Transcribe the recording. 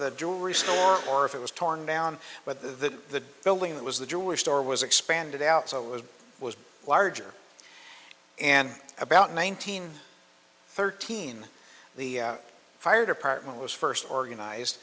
the jewelry store or if it was torn down but the building that was the jewish store was expanded out so it was was larger and about nineteen thirteen the fire department was first organized